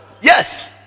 Yes